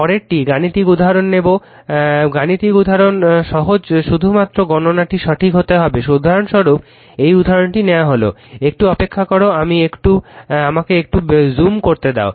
পরেরটি গাণিতিক উদাহরণ নেবো গাণিতিক উদাহরণ সহজ শুধুমাত্র গণনাটি সঠিক হতে হবে উদাহরণস্বরূপ এই উদাহরণটি নেওয়া হলো একটু অপেক্ষা করো আমাকে একটু জুম কমাতে দাও